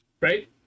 right